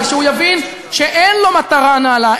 וכשהוא יבין שאין לו מטרה נעלה,